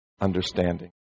understanding